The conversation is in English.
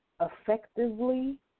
effectively